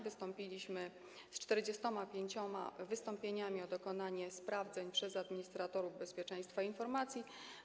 Wystąpiliśmy z 45 wystąpieniami o dokonanie sprawdzeń przez administratorów bezpieczeństwa informacji.